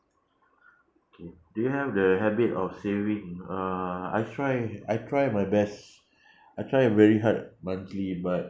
okay do you have the habit of saving uh I try I try my best I try very hard monthly but